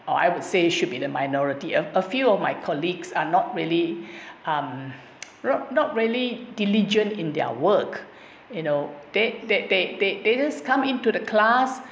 I would say should be the minority of a few of my colleagues are not really um not really diligent in their work you know they they they they just come into the class